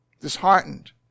Disheartened